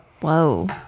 whoa